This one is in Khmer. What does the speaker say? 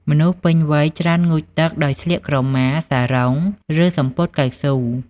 មនុស្សពេញវ័យច្រើនងូតទឹកដោយស្លៀកក្រមា សារ៉ុង ឬ សំពត់កៅស៊ូ។